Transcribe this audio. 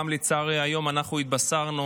לצערי גם היום אנחנו התבשרנו